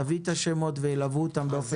תביא את השמות וילוו אותם באופן אישי.